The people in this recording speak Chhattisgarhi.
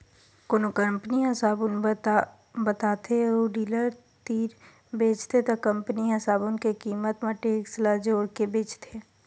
कोनो कंपनी ह साबून बताथे अउ डीलर तीर बेचथे त कंपनी ह साबून के कीमत म टेक्स ल जोड़के बेचथे